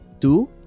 two